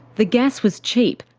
the gas was cheap,